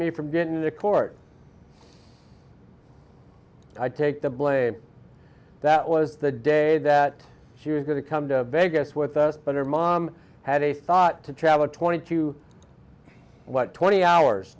me from going to court i take the blame that was the day that she was going to come to vegas with us but her mom had a thought to travel twenty two what twenty hours